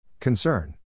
Concern